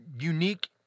unique